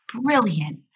brilliant